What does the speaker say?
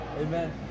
Amen